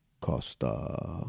Costa